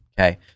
Okay